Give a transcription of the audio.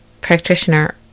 practitioner